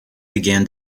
began